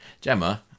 Gemma